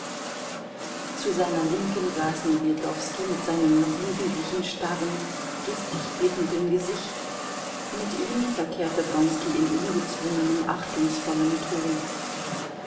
zu seiner linken saß newjedowski mit seinem noch jugendlichen starren giftig blickenden gesicht mit ihm verkehrte wronski in ungezwungenem achtungsvollem tone